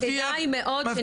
כדאי מאוד שנראה את תמונת המצב.